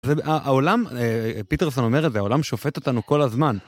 העולם, פיטרסון אומר את זה, העולם שופט אותנו כל הזמן.